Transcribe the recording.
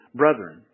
brethren